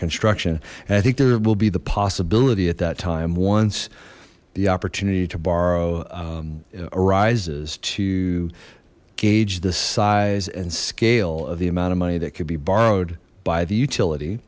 construction and i think there will be the possibility at that time once the opportunity to borrow arises to gauge the size and scale of the amount of money that could be borrowed by the utility